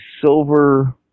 silver